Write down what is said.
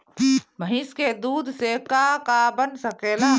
भइस के दूध से का का बन सकेला?